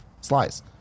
slice